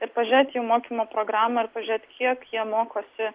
ir pažiūrėti mokymo programą ir pažiūrėt kiek jie mokosi